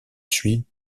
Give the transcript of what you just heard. suis